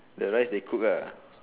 the rice they cook ah